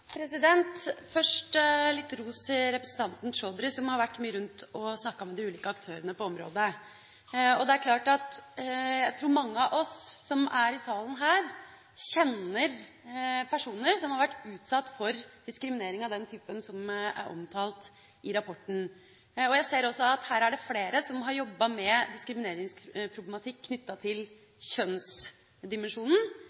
Først litt ros til representanten Chaudhry, som har vært mye rundt og snakket med de ulike aktørene på området. Jeg tror mange av oss her i salen kjenner personer som har vært utsatt for diskriminering av den typen som er omtalt i rapporten. Jeg ser også at her er det flere som har jobbet med diskrimineringsproblematikk